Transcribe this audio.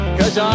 cause